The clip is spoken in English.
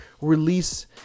release